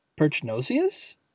perchnosius